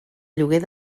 lloguer